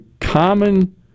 common